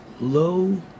low